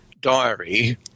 diary